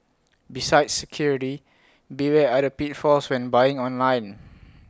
besides security beware other pitfalls when buying online